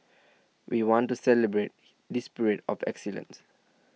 we want to celebrate this spirit of excellence